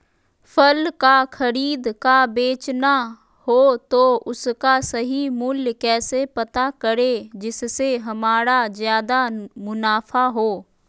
फल का खरीद का बेचना हो तो उसका सही मूल्य कैसे पता करें जिससे हमारा ज्याद मुनाफा हो?